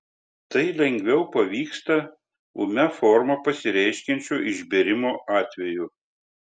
tai lengviau pavyksta ūmia forma pasireiškiančio išbėrimo atveju